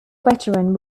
veteran